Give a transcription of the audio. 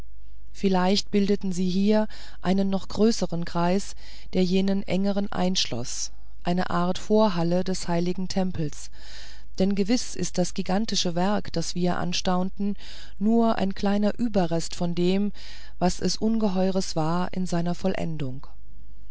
vielleicht bildeten sie hier einen noch größeren kreis der jenen engeren einschloß eine art vorhalle des heiligen tempels denn gewiß ist das gigantische werk das wir anstaunten nur ein kleiner überrest von dem was es ungeheures war in seiner vollendung